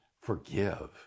forgive